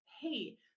hey